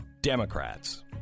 Democrats